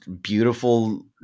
beautiful